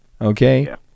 Okay